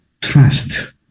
trust